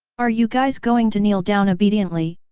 are you guys going to kneel down obediently,